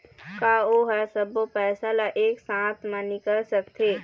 का ओ हर सब्बो पैसा ला एक साथ म निकल सकथे?